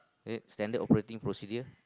it Standard operating procedure